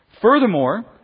Furthermore